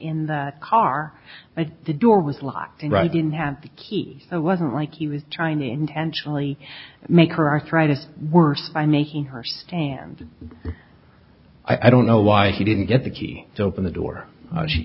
in the car but the door was locked and right didn't have the key it wasn't like he was trying intentionally make her arthritis worse by making her stand i don't know why he didn't get the key to open the door she